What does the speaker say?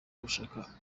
gushaka